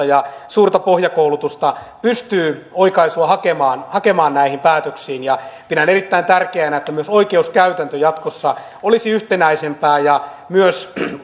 ja suurta pohjakoulutusta pystyy oikaisua hakemaan hakemaan näihin päätöksiin pidän myös erittäin tärkeänä että oikeuskäytäntö jatkossa olisi yhtenäisempää ja